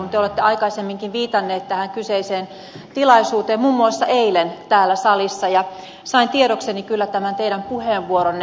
te olette aikaisemminkin viitannut tähän kyseiseen tilaisuuteen muun muassa eilen täällä salissa sain tiedokseni kyllä tämän teidän puheenvuoronne